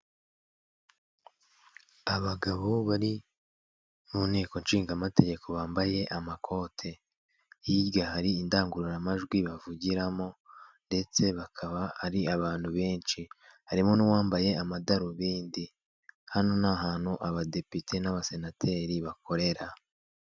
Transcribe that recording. Abagabo bari mu nteko nshingamategeko, bambaye amakote. Hirya hari indangururamajwi bavugiramo, ndetse bakaba ari abantu benshi. Harimo n'uwambaye amadarubindi. Hano ni ahantu abadepite n'abasenateri bakorera.